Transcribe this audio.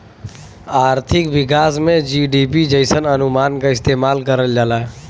आर्थिक विकास में जी.डी.पी जइसन अनुमान क इस्तेमाल करल जाला